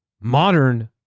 modern